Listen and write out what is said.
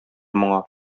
моңа